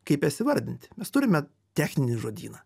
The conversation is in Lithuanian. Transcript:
kaip jas įvardinti mes turime techninį žodyną